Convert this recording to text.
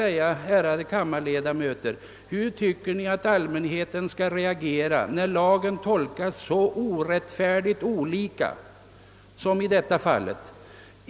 Ärade kammarledamöter! Hur anser ni att allmänheten skall reagera när lagen tolkas så orättfärdigt olika som i detta fall?